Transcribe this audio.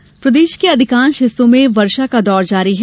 मौसम प्रदेश के अधिकांश हिस्सों में वर्षा का दौर जारी है